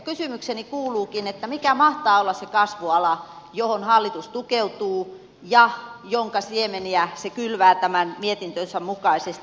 kysymykseni kuulukin että mikä mahtaa olla se kasvuala johon hallitus tukeutuu ja jonka siemeniä se kylvää tämän mietintönsä mukaisesti